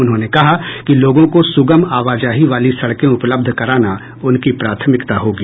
उन्होंने कहा कि लोगों को सुगम आवाजाही वाली सड़कें उपलब्ध कराना उनकी प्राथमिकता होगी